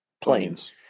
planes